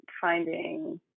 finding